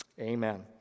Amen